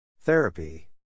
Therapy